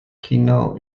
kino